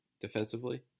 defensively